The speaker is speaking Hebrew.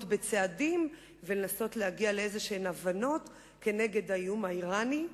צעדים ולנסות להגיע להבנות נגד האיום האירני,